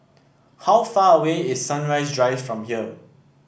how far away is Sunrise Drive from here